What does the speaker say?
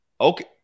Okay